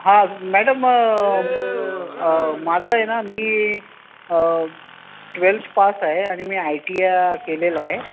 हां मॅडम माझं आहे ना मी ट्वेल्थ पास आहे आणि मी आय टी या केलेलं आहे